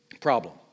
problem